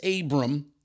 Abram